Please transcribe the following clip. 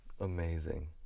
Amazing